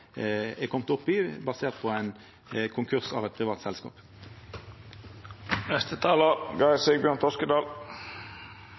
opp i, basert på ein konkurs i eit privat